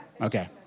Okay